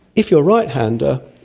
if you are a right-hander,